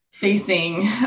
facing